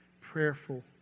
Prayerful